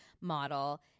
model